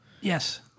yes